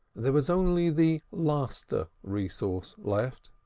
there was only the laster resource left.